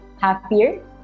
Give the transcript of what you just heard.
happier